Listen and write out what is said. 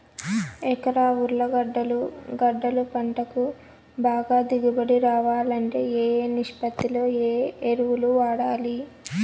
ఎకరా ఉర్లగడ్డలు గడ్డలు పంటకు బాగా దిగుబడి రావాలంటే ఏ ఏ నిష్పత్తిలో ఏ ఎరువులు వాడాలి?